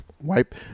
Wipe